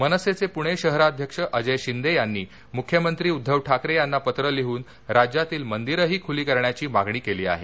मनसेचे प्णे शहराध्यक्ष अजय शिंदे यांनी मुख्यमंत्री उद्दव ठाकरे यांना पत्र लिहन राज्यातील मंदिरंही खुली करण्याची मागणी केली आहे